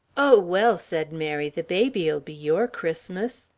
oh, well, said mary, the baby'll be your christmas.